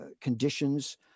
conditions